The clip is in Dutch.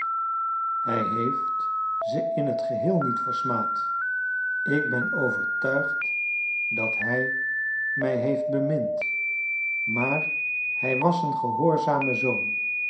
hij heeft ze in het geheel niet versmaad ik ben overtuigd dat hij mij heeft bemind maar hij was een gehoorzame zoon